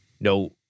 no